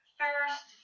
first